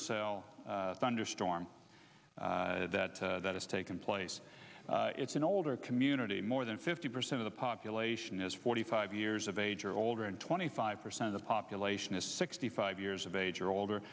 cell thunderstorm that that has taken place it's an older community more than fifty percent of the population is forty five years of age or older and twenty five percent the population is sixty five years of age or older